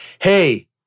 hey